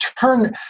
turn